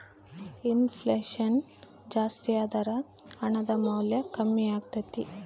ಇನ್ ಫ್ಲೆಷನ್ ಜಾಸ್ತಿಯಾದರ ಹಣದ ಮೌಲ್ಯ ಕಮ್ಮಿಯಾಗತೈತೆ